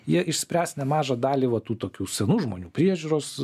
jie išspręs nemažą dalį va tų tokių senų žmonių priežiūros